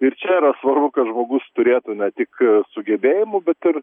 ir čia yra svarbu kad žmogus turėtų ne tik sugebėjimų bet ir